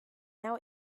now